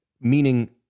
meaning